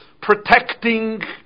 protecting